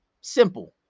Simple